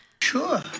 Sure